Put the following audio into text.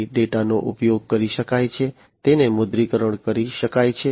તેથી ડેટાનો ઉપયોગ કરી શકાય છે તેનું મુદ્રીકરણ કરી શકાય છે